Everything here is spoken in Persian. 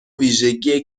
ویژگی